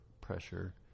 pressure